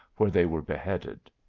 where they were beheaded.